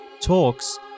talks